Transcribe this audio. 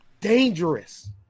dangerous